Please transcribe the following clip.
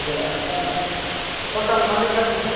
हजुर अन्त total money कति नि